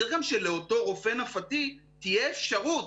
צריך גם שלאותו רופא נפתי תהיה אפשרות.